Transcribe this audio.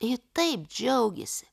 ji taip džiaugėsi